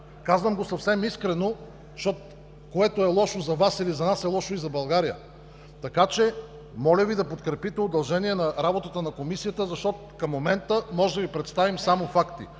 Казвам го съвсем искрено, защото, което е лошо за Вас или за нас, е лошо и за България. Така че моля Ви да подкрепите удължаване на работата на Комисията, защото към момента можем да Ви представим само факти.